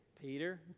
Peter